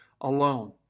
alone